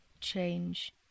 change